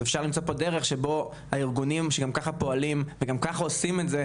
אפשר למצוא דרך שהארגונים שגם ככה פועלים וגם ככה עושים את זה,